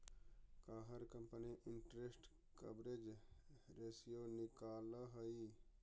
का हर company interest coverage ratio निकालअ हई